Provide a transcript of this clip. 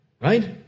Right